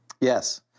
Yes